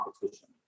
competition